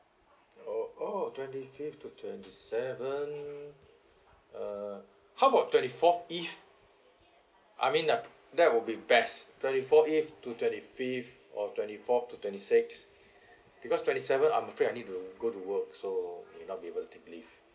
oh oh twenty fifth to twenty seventh uh how about twenty fourth eve I mean uh that will be best twenty fourth eve to twenty fifth or twenty fourth to twenty sixth because twenty seventh I'm afraid I need to go to work so may not be able to take leave